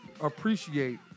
appreciate